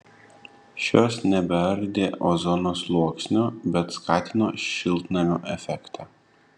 šios nebeardė ozono sluoksnio bet skatino šiltnamio efektą